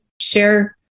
share